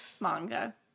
manga